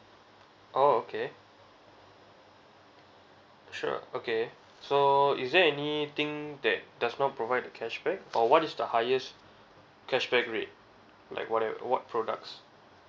oh okay sure okay so is there anything that does not provide the cashback or what is the highest cashback rate like whatever what products